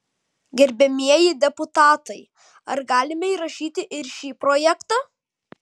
gerbiamieji deputatai ar galime įrašyti ir šį projektą